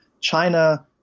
China